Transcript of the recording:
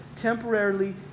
temporarily